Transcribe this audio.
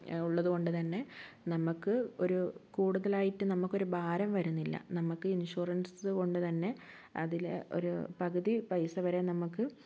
ഉള്ളതുകൊണ്ട് തന്നെ നമുക്ക് ഒരു കൂടുതലായിട്ടും നമുക്ക് ഒരു ഭാരം വരുന്നില്ല നമ്മുക്ക് ഇൻഷുറൻസ് കൊണ്ട് തന്നെ അതിലെ ഒരു പകുതി പൈസവരെ നമുക്ക്